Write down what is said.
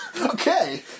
Okay